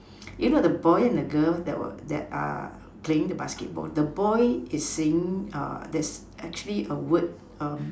you know the boy and the girl that were that are playing the basketball the boy is seeing err this actually a word um